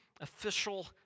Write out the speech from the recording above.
official